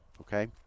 okay